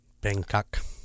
Bangkok